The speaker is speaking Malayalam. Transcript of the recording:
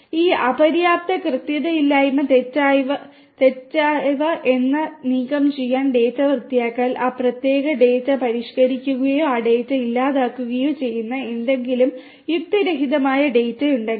ഈ അപര്യാപ്തത കൃത്യതയില്ലായ്മ തെറ്റായവ എന്നിവ നീക്കംചെയ്യാൻ ഡാറ്റ വൃത്തിയാക്കൽ ആ പ്രത്യേക ഡാറ്റ പരിഷ്ക്കരിക്കുകയോ ആ ഡാറ്റ ഇല്ലാതാക്കുകയോ ചെയ്യുന്ന എന്തെങ്കിലും യുക്തിരഹിതമായ ഡാറ്റ ഉണ്ടെങ്കിൽ